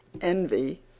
envy